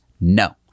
no